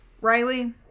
Riley